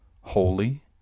holy